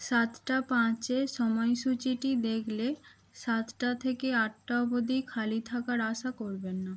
সাতটা পাঁচে সময় সূচীটি দেখলে সাতটা থেকে আটটা অবধি খালি থাকার আশা করবেন না